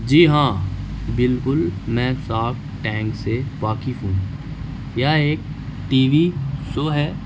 جی ہاں بالکل میں سارک ٹینک سے واقف ہوں یہ ایک ٹی وی سو ہے